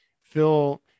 phil